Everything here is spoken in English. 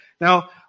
Now